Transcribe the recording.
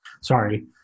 Sorry